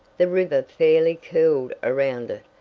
the river fairly curled around it,